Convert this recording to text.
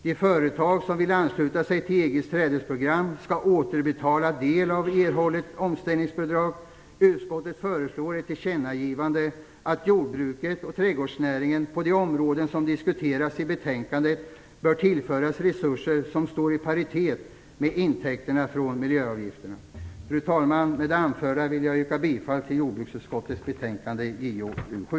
De företag som vill ansluta sig till EG:s trädesprogram skall återbetala del av erhållet omställningsbidrag. Utskottet föreslår ett tillkännagivande, att jordbruket och trädgårdsnäringen på de områden som diskuteras i betänkandet bör tillföras resurser som står i paritet med intäkterna från miljöavgifterna. Fru talman! Med det anförda vill jag yrka bifall till jordbruksutskottets hemställan i betänkande JoU7.